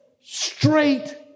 straight